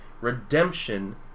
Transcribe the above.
Redemption